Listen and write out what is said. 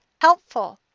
helpful